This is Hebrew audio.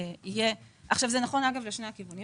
זה נכון לשני הכיוונים.